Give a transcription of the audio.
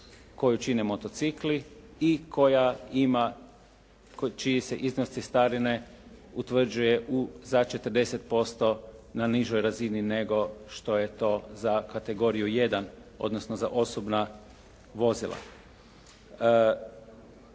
koju čine motocikli i koja ima, čiji se iznos cestarine utvrđuje za 40% na nižoj razini nego što je to za kategoriju jedan, odnosno za osobna vozila.